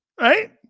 Right